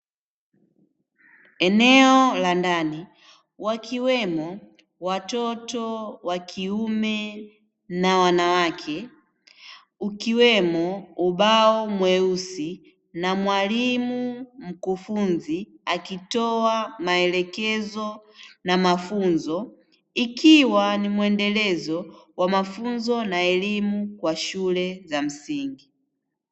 Eneo la ndani wakiwemo watoto wa kiume na wanawake, ukiwemo ubao mweusi na mwalimu mkufunzi akitoa maelekezo na mafunzo. Ikiwa ni mwendelezo wa mafunzo na elimu kwa shule za msingi.